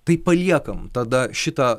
tai paliekam tada šitą